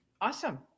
Awesome